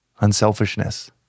unselfishness